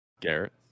Garrett